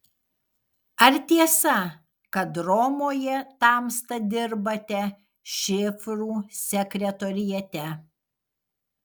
ar tiesa kad romoje tamsta dirbate šifrų sekretoriate